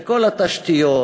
וכל התשתיות,